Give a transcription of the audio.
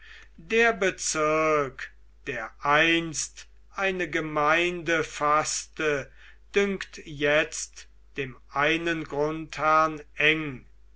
der bezirk der einst eine gemeinde faßte dünkt jetzt dem einen grundherrn eng